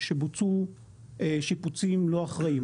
שבוצעו שיפוצים לא אחראיים.